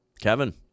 kevin